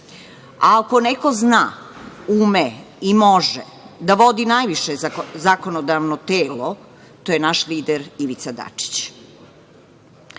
Ako neko zna, ume i može da vodi najviše zakonodavno telo, to je naš lider Ivica